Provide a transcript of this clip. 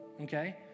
Okay